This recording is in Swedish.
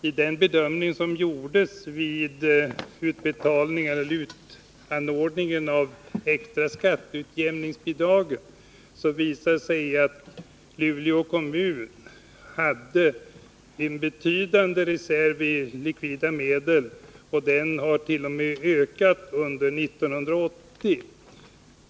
Vid den bedömning som gjordes i samband med utanordningen av det extra skatteutjämningsbidraget visade det sig att Luleå kommun hade en betydande reserv i likvida medel, och den hart.o.m. ökat under 1980.